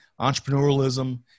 entrepreneurialism